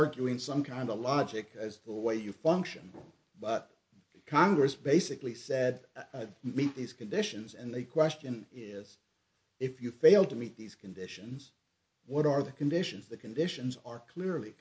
arguing some kind of logic as the way you function but congress basically said to me these conditions and the question is if you fail to meet these conditions what are the conditions the conditions are clearly